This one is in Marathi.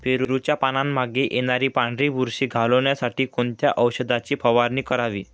पेरूच्या पानांमागे येणारी पांढरी बुरशी घालवण्यासाठी कोणत्या औषधाची फवारणी करावी?